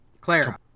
Clara